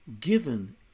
given